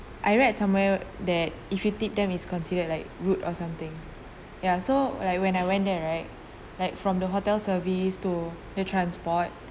I read somewhere that if you tip them is considered like rude or something ya so like when I went there right like from the hotel service to the transport